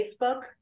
Facebook